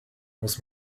muss